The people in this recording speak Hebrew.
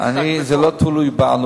זה לא תלוי בנו,